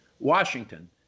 Washington